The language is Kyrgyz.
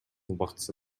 убактысы